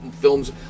films